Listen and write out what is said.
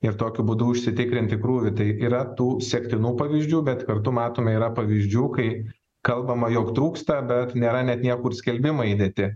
ir tokiu būdu užsitikrinti krūvį tai yra tų sektinų pavyzdžių bet kartu matome yra pavyzdžių kai kalbama jog trūksta bet nėra net niekur skelbimai įdėti